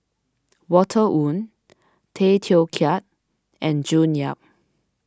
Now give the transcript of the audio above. Walter Woon Tay Teow Kiat and June Yap